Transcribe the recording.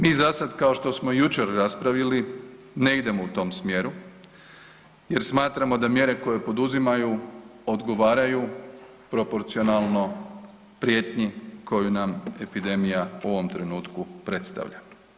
Mi zasada kao što smo i jučer raspravili ne idemo u tom smjeru jer smatramo da mjere koje poduzimaju odgovaraju proporcionalno prijetnji koju nam epidemija u ovom trenutku predstavlja.